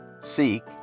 Seek